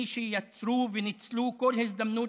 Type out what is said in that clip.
מי שיצרו וניצלו כל הזדמנות